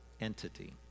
entity